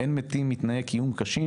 אין מתים מתנאי קיום קשים.